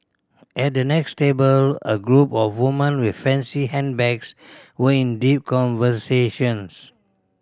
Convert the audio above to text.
at the next table a group of woman with fancy handbags were in deep conversations